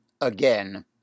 again